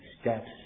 steps